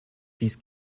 dies